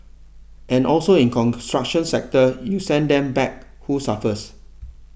and also in construction sector you send them back who suffers